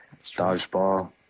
dodgeball